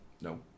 No